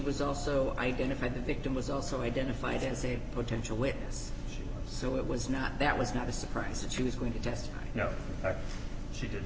was also identified the victim was also identified and save potential witness so it was not that was not a surprise that she was going to test you know she